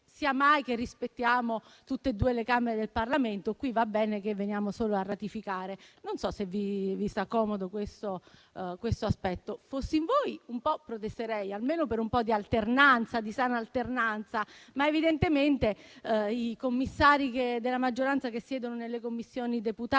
sia mai che rispettiamo tutte e due le Camere del Parlamento. Qui va bene che veniamo solo a ratificare; non so se vi sta comodo questo aspetto, fossi in voi un po' protesterei, almeno per un po' di sana alternanza, ma evidentemente i commissari della maggioranza che siedono nelle Commissioni deputate